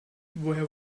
woher